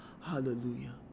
Hallelujah